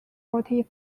forty